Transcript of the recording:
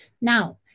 Now